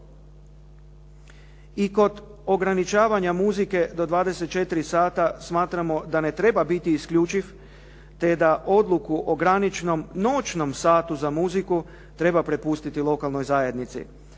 I kod ograničavanja muzike do 24,00 sata smatramo da ne treba biti isključiv, te da odluku o graničnom noćnom satu za muziku treba prepustiti lokalnoj zajednici.